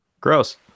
Gross